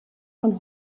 von